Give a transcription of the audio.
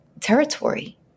territory